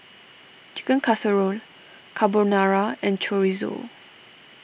Chicken Casserole Carbonara and Chorizo